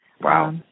Wow